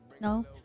No